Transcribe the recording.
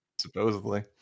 supposedly